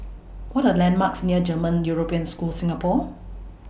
What Are landmarks near German European School Singapore